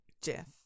Jeff